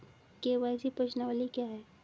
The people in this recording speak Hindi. के.वाई.सी प्रश्नावली क्या है?